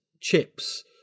chips